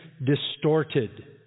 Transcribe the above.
Distorted